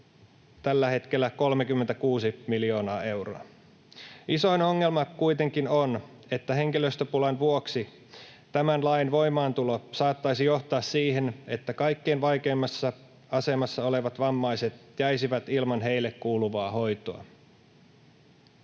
tällä hetkellä 36 miljoonaa euroa. Isoin ongelma kuitenkin on, että henkilöstöpulan vuoksi tämän lain voimaantulo saattaisi johtaa siihen, että kaikkein vaikeimmassa asemassa olevat vammaiset jäisivät ilman heille kuuluvaa hoitoa.